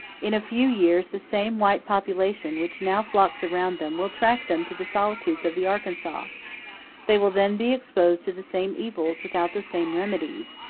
in a few years the same white population which now flocks around them, will track them to the solitudes of the arkansas they will then be exposed to the same evils without the same remedies,